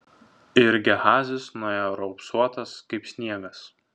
ir gehazis nuėjo raupsuotas kaip sniegas